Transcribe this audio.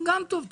גם טוב.